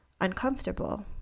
uncomfortable